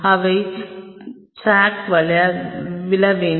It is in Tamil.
எனவே டிரக்கில் விழ வேண்டாம்